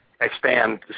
expand